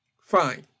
Fine